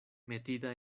metida